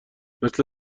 مثل